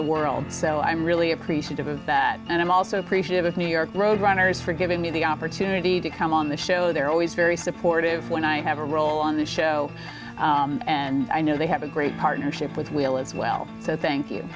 the world so i'm really appreciative of that and i'm also creative with new york road runners for giving me the opportunity to come on the show they're always very supportive when i have a role on the show and i know they have a great partnership with will as well so i think you